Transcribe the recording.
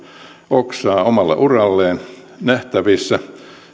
oksaa omalle uralleen nähtävissä